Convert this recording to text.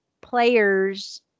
players